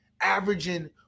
averaging